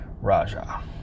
Raja